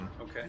Okay